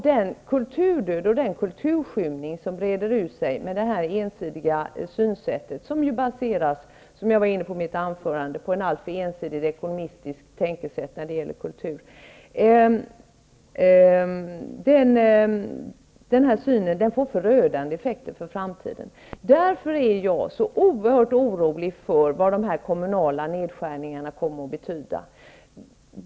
Den kulturdöd och den kulturskymning som breder ut sig i och med detta ensidiga synsätt -- och det här var jag inne på i mitt huvudanförande -- som alltså baseras på ett alltför ensidigt reformistiskt tänkesätt när det gäller kulturen, får förödande effekter för framtiden. Mot den bakgrunden är jag oerhört orolig för vad de här kommunala nedskärningarna kommer att betyda.